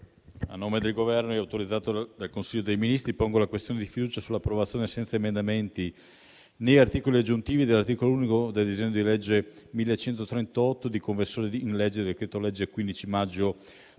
a nome del Governo, autorizzato dal Consiglio dei ministri, pongo la questione di fiducia sull'approvazione, senza emendamenti né articoli aggiuntivi, dell'articolo unico del disegno di legge n. 1138, di conversione del decreto-legge 15 maggio 2024,